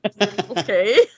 Okay